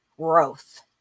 growth